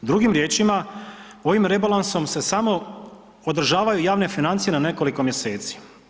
Drugim riječima, ovim rebalansom se samo održavaju javne financije na nekoliko mjeseci.